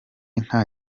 nta